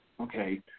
okay